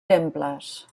temples